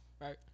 right